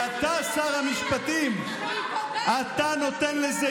אני לא מוכן לזה.